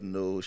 no